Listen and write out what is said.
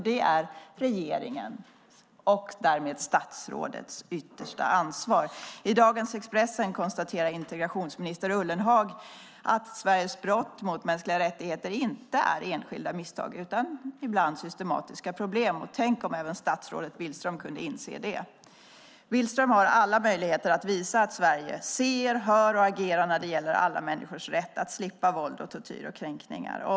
Det är regeringens och därmed statsrådets yttersta ansvar. I dagens Expressen konstaterar integrationsminister Ullenhag att Sveriges brott mot mänskliga rättigheter inte är enskilda misstag utan ibland systematiska problem. Tänk om även statsrådet Billström kunde inse det. Billström har alla möjligheter att visa att Sverige ser, hör och agerar när det gäller alla människors rätt att slippa våld, tortyr och kränkningar.